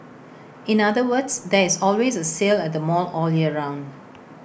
in other words there is always A sale at the mall all year round